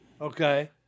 okay